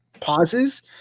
pauses